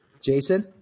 Jason